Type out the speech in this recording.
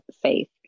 faith